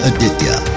Aditya